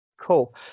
Cool